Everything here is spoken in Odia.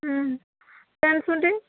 ଉଁ ସେଣ୍ଟ ସୁନଟିନ